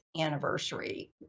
anniversary